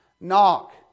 Knock